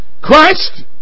Christ